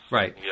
right